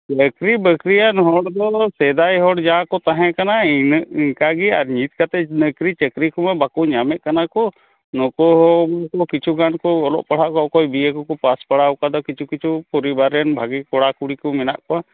ᱱᱚᱠᱨᱤ ᱵᱟᱹᱠᱨᱤᱭᱟᱱ ᱦᱚᱲ ᱫᱚ ᱥᱮᱫᱟᱭ ᱦᱚᱲ ᱡᱟ ᱠᱚ ᱛᱟᱦᱮᱸ ᱠᱟᱱᱟ ᱤᱱᱟᱹᱜ ᱤᱱᱠᱟᱹ ᱜᱮ ᱟᱨ ᱱᱤᱛ ᱠᱟᱛᱮ ᱱᱚᱠᱨᱤ ᱪᱟᱹᱠᱨᱤ ᱠᱚᱢᱟ ᱵᱟᱠᱚ ᱧᱟᱢᱮᱫ ᱠᱟᱱᱟ ᱠᱚ ᱱᱩᱠᱩ ᱦᱚᱸ ᱱᱩᱠᱩ ᱠᱤᱪᱷᱩ ᱜᱟᱱ ᱠᱚ ᱚᱞᱚᱜ ᱯᱟᱲᱦᱟᱣᱮᱫ ᱚᱠᱚᱭ ᱵᱤ ᱮ ᱠᱚᱠᱚ ᱯᱟᱥ ᱵᱟᱲᱟᱣᱟᱠᱟᱫᱟ ᱠᱤᱪᱷᱩ ᱠᱤᱪᱷᱩ ᱯᱚᱨᱤᱵᱟᱨ ᱨᱮᱱ ᱵᱷᱟᱹᱜᱤ ᱠᱚᱲᱟ ᱠᱩᱲᱤ ᱠᱚ ᱢᱮᱱᱟᱜ ᱠᱚᱣᱟ